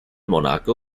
monaco